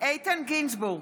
איתן גינזבורג,